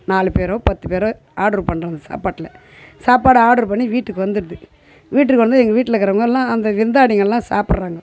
நாலுப்பேரோ பத்துப்பேரோ ஆட்ரு பண்ணுறேன் அந்த சாப்பாட்டில் சாப்பாடு ஆட்ரு பண்ணி வீட்டுக்கு வந்துடுது வீட்டுக்கு வந்து எங்கள் வீட்லருக்குறவங்கல்லாம் அந்த விருந்தாளிங்கள்லாம் சாப்பிட்றாங்க